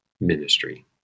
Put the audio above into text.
ministry